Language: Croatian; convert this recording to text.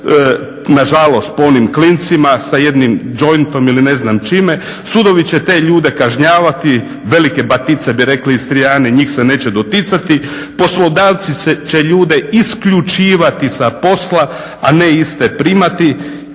nažalost po onim klincima sa jednim džointom ili ne znam čime, sudovi će te ljude kažnjavati, velike batice bi rekli Istrijani njih se neće doticati, poslodavci će ljude isključivati sa posla, a ne iste primati